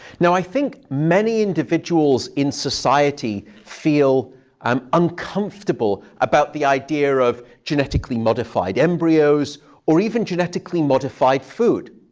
now, i think many individuals in society feel um uncomfortable about the idea of genetically modified embryos or even genetically modified food.